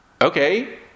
Okay